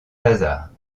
lazare